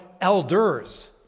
elders